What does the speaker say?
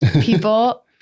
People